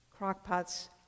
Crockpots